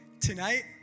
Tonight